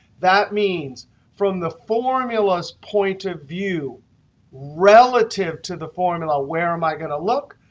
that means from the formula's point of view relative to the formula, where am i going to look?